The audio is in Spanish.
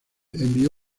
envió